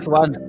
one